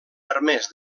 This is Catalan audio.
permès